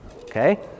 okay